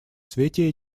свете